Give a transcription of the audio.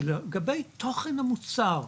שלגבי תוכן המוצר,